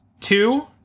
Two